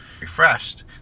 refreshed